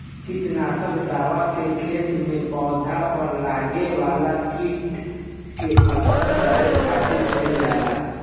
किट नासक दवा के खेत में पौधा पर लागे वाला कीड़ा के खत्म करे खातिर कईल जाला